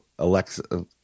Alexa